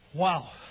Wow